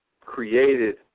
created